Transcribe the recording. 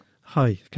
Hi